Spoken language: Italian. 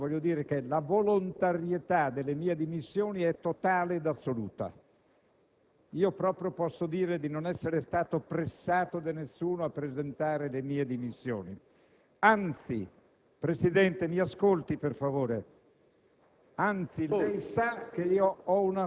Ascoltato quanto è stato detto prima, vorrei dire che la volontarietà delle mie dimissioni è totale e assoluta. Posso affermare di non essere stato pressato da nessuno a presentare le dimissioni. Anzi, Presidente, e la prego